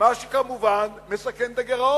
מה שכמובן מסכן את הגירעון.